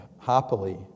Happily